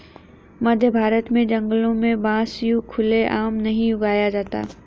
मध्यभारत के जंगलों में बांस यूं खुले आम नहीं उगाया जाता